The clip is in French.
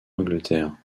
angleterre